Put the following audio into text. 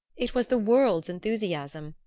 it was the world's enthusiasm,